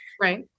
right